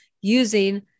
using